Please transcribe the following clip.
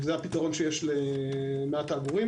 זה הפתרון שיש למעט העגורים.